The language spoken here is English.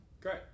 Great